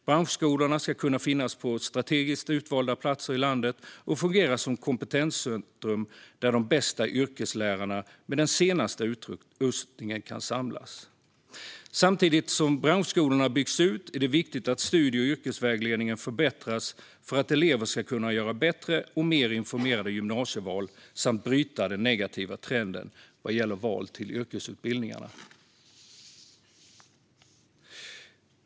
Branschskolorna ska kunna finnas på strategiskt utvalda platser i landet och fungera som kompetenscentrum där de bästa yrkeslärarna med den senaste utrustningen kan samlas. Samtidigt som branschskolor byggs ut är det viktigt att studie och yrkesvägledningen förbättras för att elever ska kunna göra bättre och mer informerade gymnasieval samt bryta den negativa trenden vad gäller val till yrkesutbildningar.